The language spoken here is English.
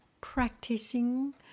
practicing